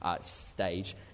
stage